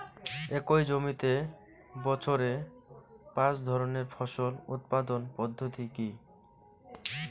একই জমিতে বছরে পাঁচ ধরনের ফসল উৎপাদন পদ্ধতি কী?